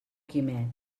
quimet